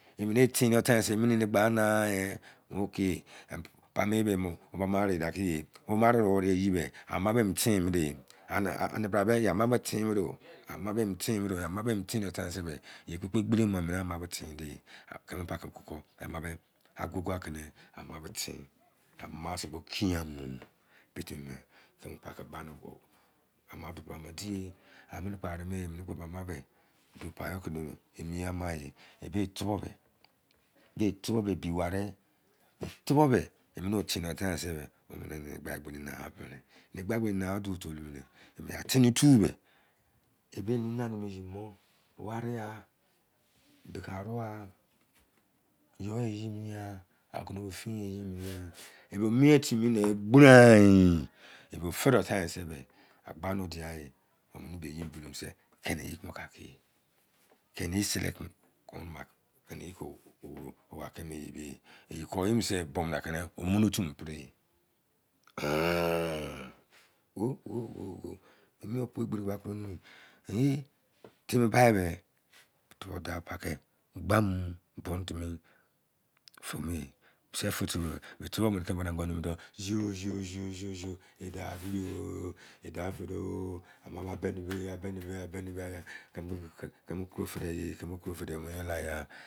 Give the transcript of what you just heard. Yẹ tẹn nẹ time sẹ egba na e ok ama bọ emu ten minị yẹ ama bo emu tẹn nẹ time sẹ ye bibo gbolomo dẹ mi ama tẹn mẹnẹ agogo akẹnẹ ama bo ten ama sẹ bọ kiamu. Petimi kẹmẹ pai ke pai nẹ bọ. Ama otu o ba mu dị amẹnẹ barẹ mẹ ini ama e ebẹ tubobẹi bẹ tubobẹi ebi warẹ e mẹnẹ i tẹnẹ time sẹ mẹnẹ gba egberi nạ mẹnẹ egba egbẹri na timi tumẹ emu nana yin mọ ware yai aruwaa yọu iyẹ mienghan agunu me fịn ebọ miẹn timi nẹ gbran ebọ fẹdẹ time sẹ ọ gba nu diai imẹnẹ bọ iyẹ bulou bo sẹ fini ẹnẹ cele bọ conba ah oh! Oh! Oh! Mẹ opu egberi ne koro miyẹ ẹ timi bimẹ o ba pai kẹ gba mu bonu timi fẹmẹ mẹ tubome tamara kpo numu dọu, ziọụ ziọụ ziọụ edạu fẹ dọụ ẹdau fẹ dou keme koro fẹdẹ yẹ.